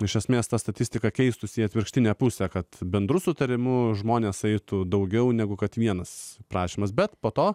iš esmės ta statistika keistųsi į atvirkštinę pusę kad bendru sutarimu žmonės eitų daugiau negu kad vienas prašymas bet po to